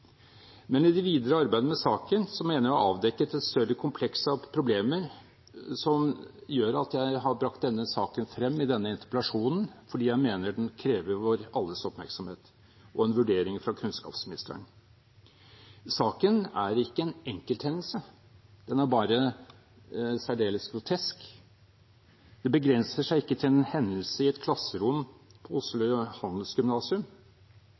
videre arbeidet med saken mener jeg å ha avdekket et større kompleks av problemer som gjør at jeg har brakt denne saken frem i denne interpellasjonen, fordi jeg mener den krever vår alles oppmerksomhet og en vurdering fra kunnskapsministeren. Saken er ikke en enkelthendelse. Den er bare særdeles grotesk. Det begrenser seg ikke til en hendelse i et klasserom på Oslo handelsgymnasium.